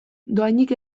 dohainik